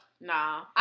Nah